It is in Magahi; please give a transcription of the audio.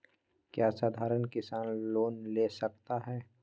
क्या साधरण किसान लोन ले सकता है?